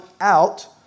out